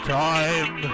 time